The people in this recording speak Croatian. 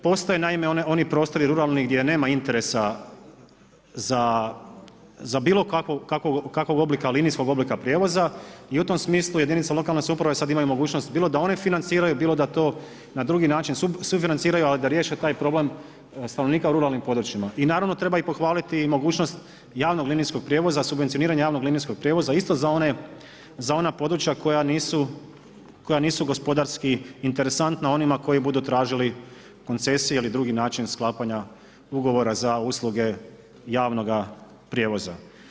Postoje oni prostori ruralni gdje nema interesa za bilo kakav oblik, linijskog oblika prijevoza i u tom smislu jedinice lokalne samouprave sad imaju mogućnost, bilo da one financiraju, bilo da to na drugi način sufinanciraju, ali da riješe taj problem stanovnika u ruralnim područjima i naravno treba ih pohvaliti i mogućnost javnog linijskog prijevoza subvencioniranja javnog linijskog prijevoza, isto za ona područja koja nisu gospodarski interesantna onima koji budu tražili koncesije ili drugi način sklapanja ugovora za usluge javnoga prijevoza.